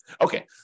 Okay